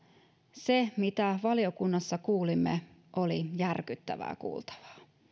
se mitä valiokunnassa kuulimme oli järkyttävää kuultavaa